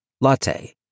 Latte